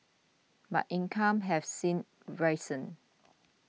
but incomes have since risen